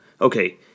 Okay